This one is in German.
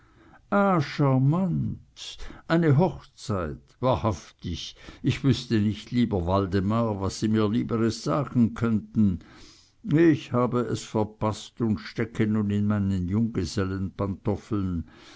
ah charmant eine hochzeit wahrhaftig ich wüßte nicht lieber waldemar was sie mir lieberes sagen könnten ich hab es verpaßt und stecke nun in meinen